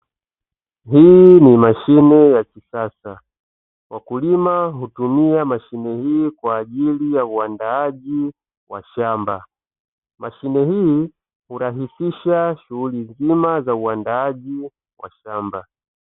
Hii ni mashine ya kisasa, wakulima hutumia mashine hii kwa ajili ya uandaji wa shamba. Mashine hii hurahisisha shughuli nzima za uandaaji wa shamba.